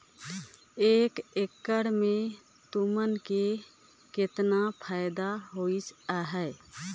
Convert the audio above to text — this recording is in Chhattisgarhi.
एक एकड़ मे तुमन के केतना फायदा होइस अहे